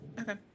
Okay